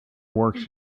works